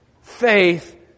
Faith